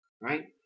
right